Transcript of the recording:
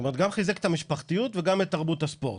זאת אומרת גם חיזק את המשפחתיות וגם את תרבות הספורט.